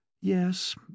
Yes